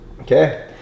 Okay